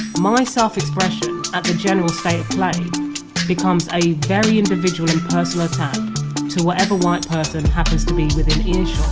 my self expression at the general state of play becomes a very individual and personal attack to whatever white person happens to be within earshot